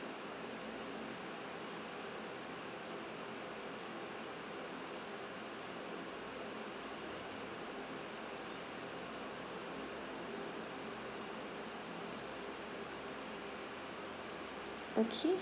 okay